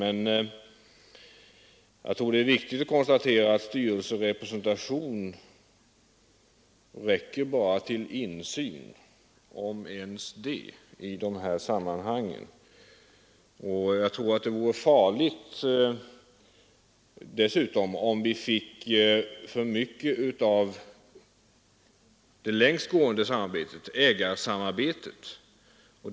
Jag tror emellertid att det är viktigt att konstatera att styrelserepresentation bara räcker till insyn, om ens det, i dessa sammanhang. Jag anser dessutom att det vore farligt om vi fick för mycket av det längst gående samarbetet — ägarsamarbetet.